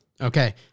Okay